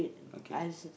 okay